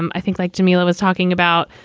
um i think like jamelia was talking about,